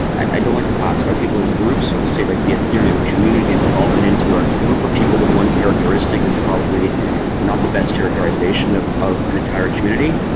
i don't like to classify people in groups, so to say like the ethereum community and to bulk and into a group of people with one characteristic is probably not the best characterization of of an entire community.